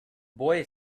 boy